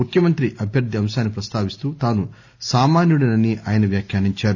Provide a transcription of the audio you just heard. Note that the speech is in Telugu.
ముఖ్యమంత్రి అభ్యర్ది అంశాన్ని ప్రస్తావిస్తూ తాను సామాన్యుడనని ఆయన వ్యాఖ్యానించారు